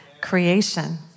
creation